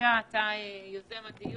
יוזם הדיון,